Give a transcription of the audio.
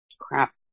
Crap